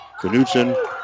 Knutson